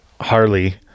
harley